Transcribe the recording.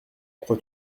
crois